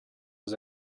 was